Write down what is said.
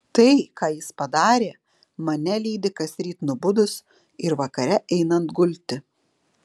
tai ką jis padarė mane lydi kasryt nubudus ir vakare einant gulti